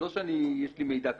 זה לא שיש לי מידע כזה,